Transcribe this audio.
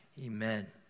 Amen